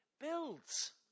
builds